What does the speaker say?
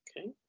Okay